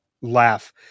laugh